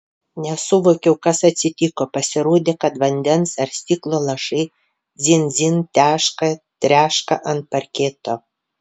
nesuvokiau kas atsitiko pasirodė kad vandens ar stiklo lašai dzin dzin teška treška ant parketo